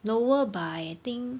lower by I think